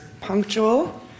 punctual